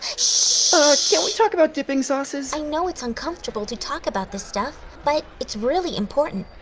so sh! can't we talk about dipping sauces? i know it's uncomfortable to talk about this stuff, but it's really important.